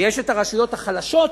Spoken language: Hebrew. ויש רשויות חלשות,